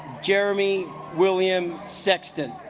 jeremy william sexton